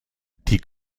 die